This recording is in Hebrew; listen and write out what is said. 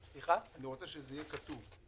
אני רוצה שזה יהיה כתוב.